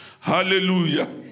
Hallelujah